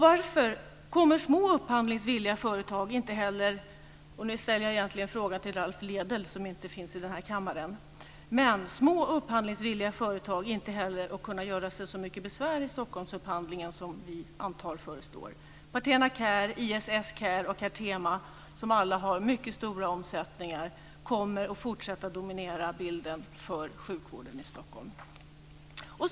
Varför kommer små upphandlingsvilliga företag - och nu ställer jag egentligen frågan till Ralph Lédel, som inte finns i denna kammare - inte heller att kunna göra sig så mycket besvär i Stockholmsupphandlingen, som vi antar förestår? Partena Care, ISS Care och Partema, som alla har mycket hög omsättning, kommer att fortsätta dominera bilden för sjukvården i Stockholm.